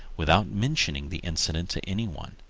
without mentioning the incident to any one.